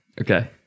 Okay